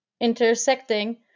intersecting